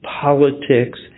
politics